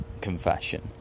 confession